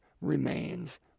remains